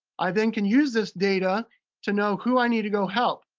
i then can use this data to know who i need to go help.